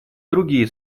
другие